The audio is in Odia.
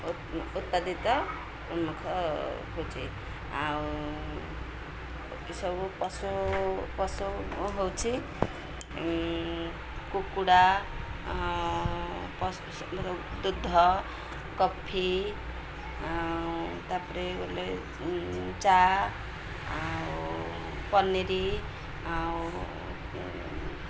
ଉତ୍ପାଦିତ ପ୍ରମୁଖ ହେଉଛି ଆଉ ଏସବୁ ପଶୁ ପଶୁ ହେଉଛି କୁକୁଡ଼ା ଦୁଗ୍ଧ କଫି ତା'ପରେ ଗଲେ ଚା ଆଉ ପନିର ଆଉ